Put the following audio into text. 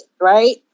right